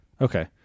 Okay